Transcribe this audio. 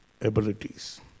abilities